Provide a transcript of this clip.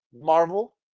Marvel